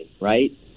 right